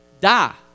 die